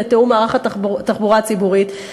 לתיאום מערך התחבורה הציבורית,